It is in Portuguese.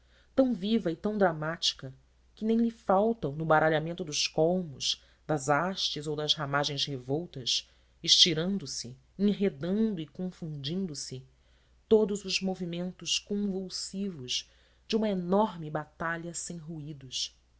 tão viva e tão dramática que nem lhe faltam no baralhamento dos colmos das hastes ou das ramagens revoltas estirando-se enredando e confundindo se todos os movimentos convulsivos de uma enorme batalha sem ruídos